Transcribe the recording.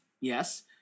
yes